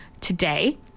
today